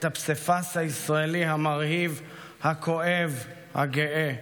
את הפסיפס הישראלי המרהיב, הכואב, הגאה.